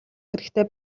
хэрэгтэй